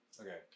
Okay